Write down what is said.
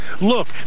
Look